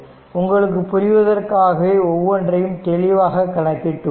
உங்களுக்கு புரிவதற்காக ஒவ்வொன்றையும் தெளிவாக கணக்கிட்டு உள்ளேன்